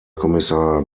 kommissar